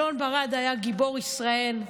אלון ברד היה גיבור ישראל.